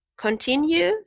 continue